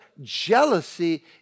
jealousy